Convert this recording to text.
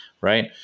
right